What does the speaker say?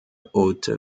haute